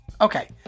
Okay